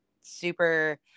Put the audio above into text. super